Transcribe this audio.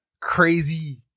crazy